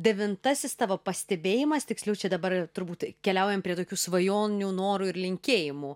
devintasis tavo pastebėjimas tiksliau čia dabar turbūt keliaujam prie tokių svajonių norų ir linkėjimų